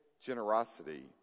generosity